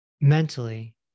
mentally